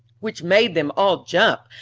which made them all jump,